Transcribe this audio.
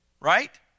right